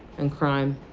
and crime,